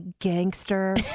gangster